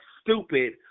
stupid